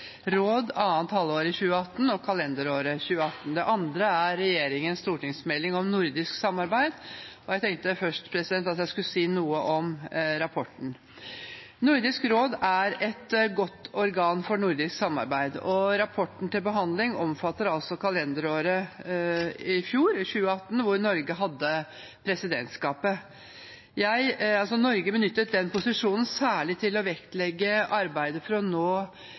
råd for andre halvår 2017 og kalenderåret 2018. Den andre er regjeringens stortingsmelding om nordisk samarbeid. Jeg tenkte jeg først skulle si noe om rapporten. Nordisk råd er et godt organ for nordisk samarbeid, og rapporten til behandling omfatter altså kalenderåret i fjor, 2018, da Norge hadde presidentskapet. Norge benyttet den posisjonen særlig til å vektlegge arbeidet for å nå